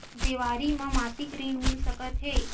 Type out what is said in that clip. देवारी म मासिक ऋण मिल सकत हे?